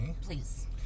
Please